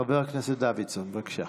חבר הכנסת דוידסון, בבקשה.